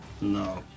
No